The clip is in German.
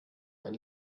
ein